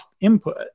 input